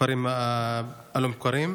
והכפרים הלא-מוכרים?